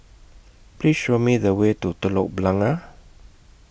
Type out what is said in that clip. Please Show Me The Way to Telok Blangah